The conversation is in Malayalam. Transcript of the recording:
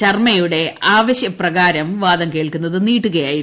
ശർമ്മയുടെ ആവശ്യപ്രകാരം വാദം കേൾക്കുന്നത് ക് നീട്ടുകയായിരുന്നു